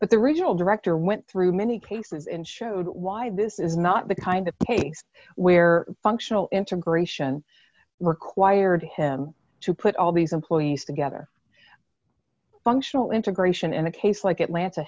but the regional director went through many cases and showed why this is not the kind of case where functional integration required him to put all these employees together functional integration in a case like atlanta